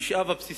המשאב הבסיסי.